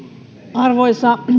arvoisa